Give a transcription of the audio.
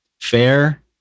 Fair